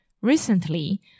Recently